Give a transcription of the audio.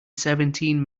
seventeen